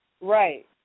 right